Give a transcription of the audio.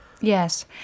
Yes